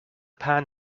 pan